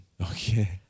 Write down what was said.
Okay